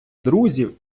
друзів